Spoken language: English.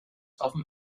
often